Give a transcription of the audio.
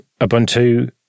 Ubuntu